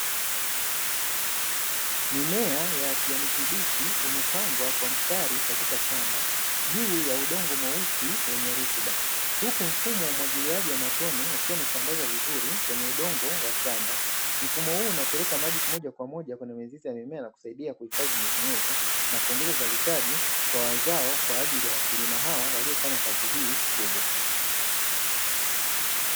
Mimea ya kijani kibichi imepangwa kwa mstari katika shamba, juu ya udongo mweusi wenye rutuba. Huku mfumo wa umwagiliaji wa matone ukiwa umesambazwa vizuri kwenye udongo wa shamba. Mfumo huu unapeleka maji moja kwa moja kwenye mizizi ya mimea, na kusaidia kuhifadhi unyevunyevu na kuongeza uzalishaji kwa mazao, kwa ajili ya wakulima hawa waliofanya kazi hii kubwa.